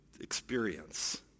experience